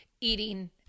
eating